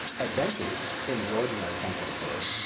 adventures, in the ordinary sense of the word,